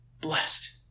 blessed